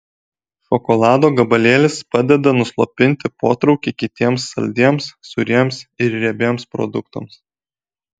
šokolado gabalėlis padeda nuslopinti potraukį kitiems saldiems sūriems ir riebiems produktams